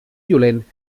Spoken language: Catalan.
violent